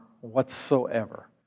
whatsoever